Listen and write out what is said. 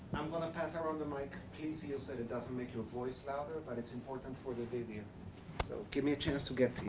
i'm gonna pass around the mic. please use it. it doesn't make your voice louder but it's important for the video. so give me a chance to get to you.